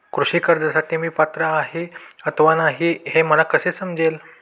कृषी कर्जासाठी मी पात्र आहे अथवा नाही, हे मला कसे समजेल?